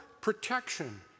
protection